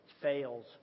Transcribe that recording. fails